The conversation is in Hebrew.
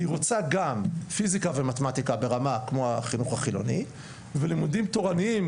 היא רוצה גם פיזיקה ומתמטיקה ברמה כמו החינוך החילוני ולימודים תורניים,